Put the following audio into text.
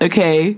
Okay